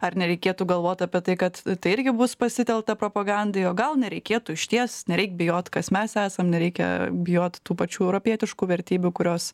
ar nereikėtų galvot apie tai kad tai irgi bus pasitelkta propagandai o gal nereikėtų išties nereik bijot kas mes esam nereikia bijot tų pačių europietiškų vertybių kurios